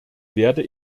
werde